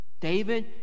David